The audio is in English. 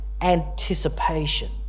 anticipation